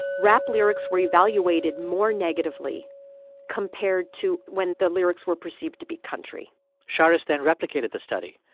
rap lyrics were evaluated more negatively compared to when the lyrics were perceived to be country charis then replicated the study.